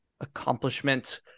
accomplishment